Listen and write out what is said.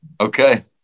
okay